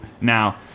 now